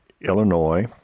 Illinois